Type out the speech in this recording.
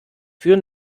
für